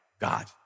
God